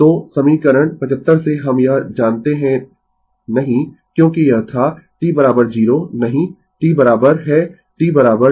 तो समीकरण 75 से हम यह जानते है नहीं क्योंकि यह था t 0 नहीं t बराबर है t t 0 अर्थात 4 सेकंड